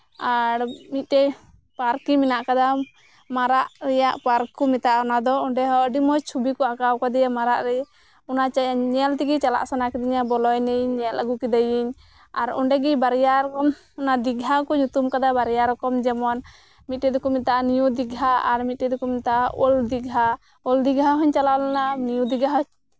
ᱟᱨ ᱢᱤᱫᱴᱮᱡ ᱯᱟᱨᱠᱤᱝ ᱦᱮᱱᱟᱜ ᱠᱟᱫᱟ ᱢᱟᱨᱟᱜ ᱨᱮᱭᱟᱜ ᱯᱟᱨᱠ ᱠᱚ ᱢᱮᱛᱟᱜᱼᱟ ᱚᱱᱟ ᱫᱚ ᱚᱸᱰᱮ ᱫᱚ ᱟ ᱰᱤ ᱢᱚᱡᱽ ᱪᱷᱚᱵᱤ ᱠᱚ ᱟᱸᱠᱟᱣ ᱠᱟᱫᱮᱭᱟ ᱢᱟᱨᱟᱜ ᱨᱮ ᱚᱱᱟ ᱡᱟᱭᱜᱟ ᱧᱮᱞ ᱛᱮᱜᱮ ᱪᱟᱞᱟᱜ ᱥᱟᱱᱟ ᱠᱤᱫᱟᱭᱤᱧ ᱟᱨ ᱚᱸᱰᱮ ᱜᱮ ᱵᱟᱨᱭᱟ ᱵᱟᱨᱭᱟ ᱨᱚᱠᱚᱢ ᱚᱱᱮ ᱫᱤᱜᱷᱟ ᱠᱚ ᱧᱩᱛᱩᱢ ᱠᱟᱫᱟ ᱵᱟᱨᱭᱟ ᱨᱚᱠᱚᱢ ᱡᱮᱢᱚᱱ ᱢᱤᱫᱴᱮᱡ ᱫᱚᱠᱚ ᱢᱮᱛᱟᱜᱼᱟ ᱱᱤᱭᱩ ᱫᱤᱜᱷᱟ ᱟᱨ ᱢᱤᱫᱴᱮᱡ ᱫᱚᱠᱚ ᱢᱮᱛᱟᱜᱼᱟ ᱳᱞᱰ ᱫᱤᱜᱷᱟ ᱳᱞᱰ ᱫᱤᱜᱷᱟ ᱦᱚᱧ ᱪᱟᱞᱟᱣ ᱞᱮᱱᱟ ᱱᱤᱭᱩ ᱫᱤᱜᱷᱟ ᱦᱚᱸ